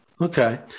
Okay